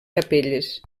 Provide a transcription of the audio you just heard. capelles